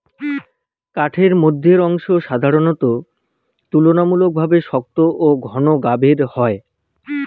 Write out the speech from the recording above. কাঠের মইধ্যের অংশ সাধারণত তুলনামূলকভাবে শক্ত ও ঘন গাবের হয়